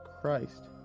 Christ